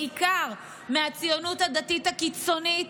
בעיקר מהציונות הדתית הקיצונית.